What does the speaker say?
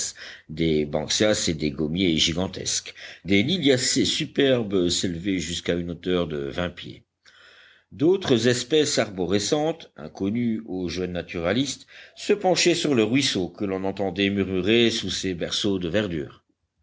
des banksias et des gommiers gigantesques des liliacées superbes s'élevaient jusqu'à une hauteur de vingt pieds d'autres espèces arborescentes inconnues au jeune naturaliste se penchaient sur le ruisseau que l'on entendait murmurer sous ces berceaux de verdure